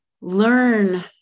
learn